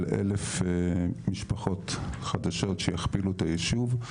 1,000 משפחות חדשות שיכפילו את הישוב.